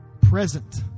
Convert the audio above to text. present